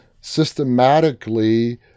systematically